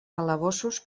calabossos